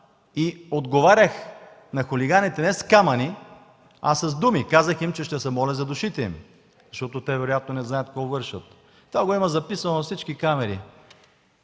и отговарях на хулиганите не с камъни, а с думи. Казах им, че ще се моля за душите им, защото те вероятно не знаят какво вършат. Това го има записано на всички камери,